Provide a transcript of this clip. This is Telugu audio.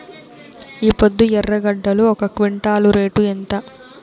ఈపొద్దు ఎర్రగడ్డలు ఒక క్వింటాలు రేటు ఎంత?